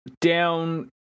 down